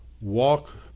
walk